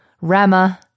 Rama